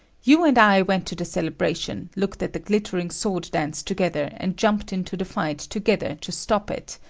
you and i went to the celebration, looked at the glittering sword dance together, and jumped into the fight together to stop it.